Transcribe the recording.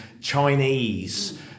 Chinese